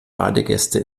badegäste